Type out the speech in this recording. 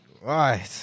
right